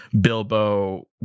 Bilbo